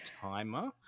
timer